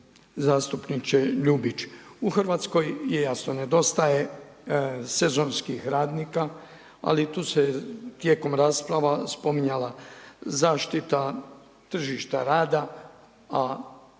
zastupniče Ljubić. U Hrvatskoj jasno nedostaje sezonskih radnika, ali tu se tijekom rasprava spominjala zaštita tržišta rada, a